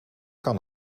kan